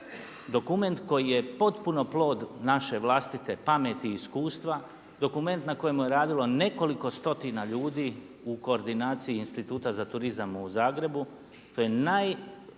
Dokument koji je potpuno plod naše vlastite pameti i iskustva, dokument na kojemu je radilo nekoliko stotina ljudi u koordinaciji Instituta za turizam u Zagrebu.